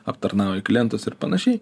aptarnauji klientus ir panašiai